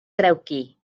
drewgi